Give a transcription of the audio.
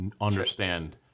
understand